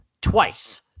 Twice